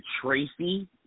Tracy